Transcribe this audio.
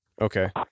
Okay